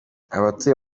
abatuye